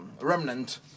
remnant